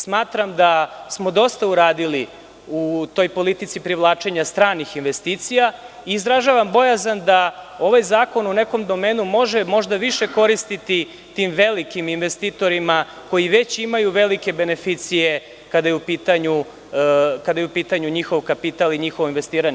Smatram da smo dosta uradili u toj politici privlačenja stranih investicija i izražavam bojazan da ovaj zakon u nekom domenu može možda više koristiti tim velikim investitorima koji već imaju velike beneficije kada je u pitanju njihov kapital i njihovo investiranje.